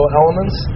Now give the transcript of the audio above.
elements